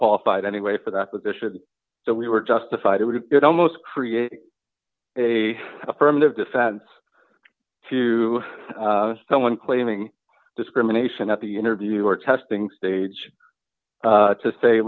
qualified anyway for that position so we were justified it would almost create a affirmative defense to someone claiming discrimination at the interview or testing stage to say